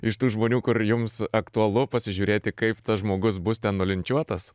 iš tų žmonių kur jums aktualu pasižiūrėti kaip tas žmogus bus ten nulinčiuotas